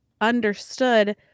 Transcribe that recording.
understood